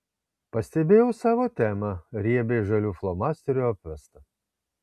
pastebėjau savo temą riebiai žaliu flomasteriu apvestą